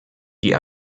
die